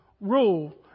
rule